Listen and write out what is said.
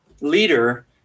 leader